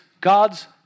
God's